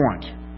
point